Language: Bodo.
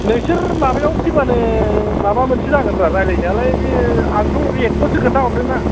नोंसोर माबायाव फैबानो माबा मोनसे जागोनना रायज्लायनायालाय बे आंथ' रेट खौसो खोनथाहरदोंना